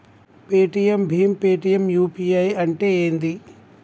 Paytm భీమ్ Paytm UPI అంటే ఏంది?